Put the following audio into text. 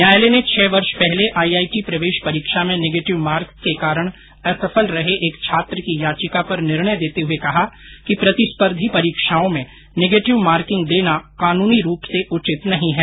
न्यायालय ने छह वर्ष पहले आईआईटीप्रवेश परीक्षा में नेगेटिव मार्क्स के कारण असफल रहे एक छात्र की याचिका पर निर्णय देते हुए कहा कि प्रतिस्पर्धी परीक्षाओं में नेगेटिव मार्किंग देना कानूनी रूप सेउचित नहीं है